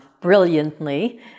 brilliantly